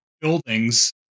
buildings